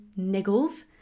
niggles